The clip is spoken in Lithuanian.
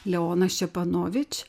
leona ščeponavič